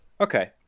Okay